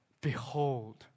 behold